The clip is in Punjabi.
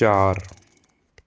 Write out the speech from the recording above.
ਚਾਰ